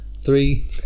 Three